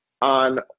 on